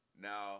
now